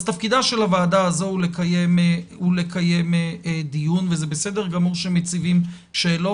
אז תפקידה של הוועדה הזאת הוא לקיים דיון וזה בסדר גמור שמציבים שאלות,